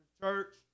church